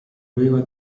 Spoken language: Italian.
aveva